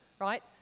right